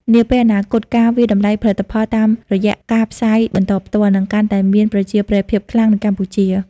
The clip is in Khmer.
នាពេលអនាគត ការវាយតម្លៃផលិតផលតាមរយៈការផ្សាយបន្តផ្ទាល់ នឹងកាន់តែមានប្រជាប្រិយភាពខ្លាំងនៅកម្ពុជា។